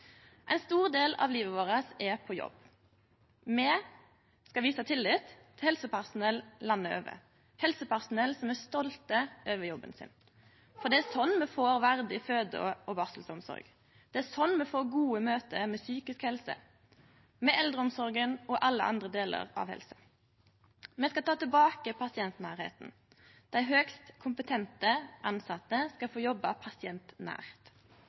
Ein stor del av livet vårt er på jobb. Me skal vise tillit til helsepersonell landet over, helsepersonell som er stolte av jobben sin. Det er slik me får verdig føde- og barselomsorg. Det er slik me får gode møte med psykisk helse, med eldreomsorga og med alle andre delar av helsa. Me skal ta tilbake pasientnærleiken. Dei høgst kompetente tilsette skal få jobbe pasientnært.